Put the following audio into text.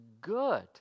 good